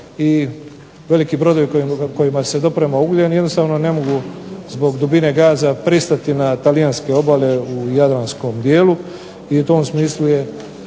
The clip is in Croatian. i veliki brodovi kojima se doprema ugljen jednostavno ne mogu zbog dubine gaza pristati na talijanske obale u Jadranskom dijelu i u tom smislu je